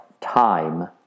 time